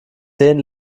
zehn